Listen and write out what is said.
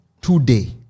today